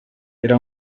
era